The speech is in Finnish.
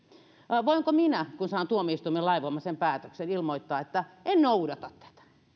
voinko minä kun saan tuomioistuimen lainvoimaisen päätöksen ilmoittaa että en noudata tätä